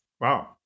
Wow